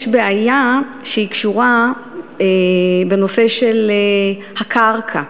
יש בעיה שקשורה לנושא של הקרקע,